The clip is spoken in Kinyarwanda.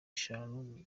eshatu